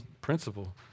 principle